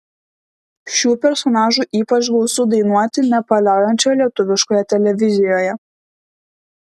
šių personažų ypač gausu dainuoti nepaliaujančioje lietuviškoje televizijoje